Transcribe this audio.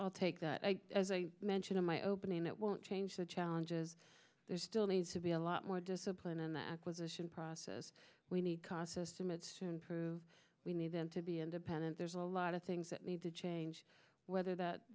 faces take the as i mentioned in my opening it won't change the challenges there still needs to be a lot more discipline in that acquisition process we need cost estimates to prove we need them to be independent there's a lot of things that need to change whether that